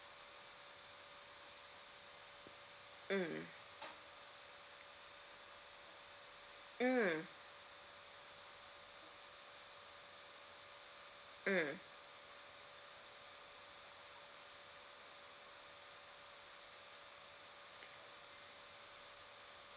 mm mm mm